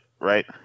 right